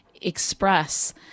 express